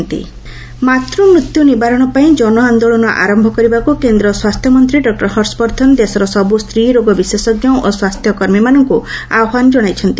ହର୍ଷ ବର୍ଦ୍ଧନ ମାତ୍ର ମୃତ୍ୟୁ ନିବାରଣ ପାଇଁ ଜନଆନ୍ଦୋଳନ ଆରମ୍ଭ କରିବାକୁ କେନ୍ଦ୍ର ସ୍ୱାସ୍ଥ୍ୟ ମନ୍ତ୍ରୀ ଡକ୍ଟର ହର୍ଷ ବର୍ଦ୍ଧନ ଦେଶର ସବୁ ସ୍ତ୍ରୀ ରୋଗ ବିଶେଷଜ୍ଞ ଓ ସ୍ୱାସ୍ଥ୍ୟ କର୍ମୀମାନଙ୍କୁ ଆହ୍ୱାନ ଜଣାଇଛନ୍ତି